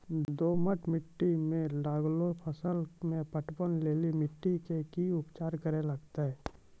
दोमट मिट्टी मे लागलो फसल मे पटवन लेली मिट्टी के की उपचार करे लगते?